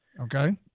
Okay